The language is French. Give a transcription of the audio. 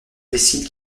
décide